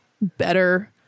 better